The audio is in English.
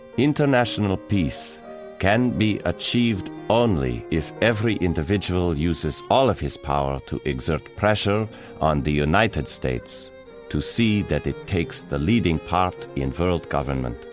international peace can be achieved only if every individual uses all of his power to exert pressure on the united states to see that it takes the leading part in world government.